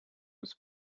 with